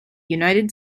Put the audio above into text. united